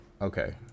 Okay